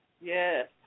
Yes